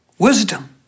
Wisdom